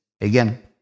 Again